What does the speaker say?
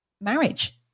marriage